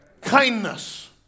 Kindness